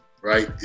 right